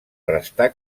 restar